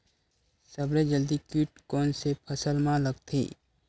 सबले जल्दी कीट कोन से फसल मा लगथे?